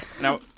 Now